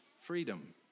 freedom